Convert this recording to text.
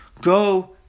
go